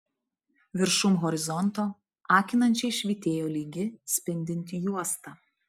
viršum horizonto akinančiai švytėjo lygi spindinti juosta